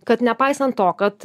kad nepaisant to kad